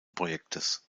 projektes